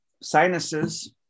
sinuses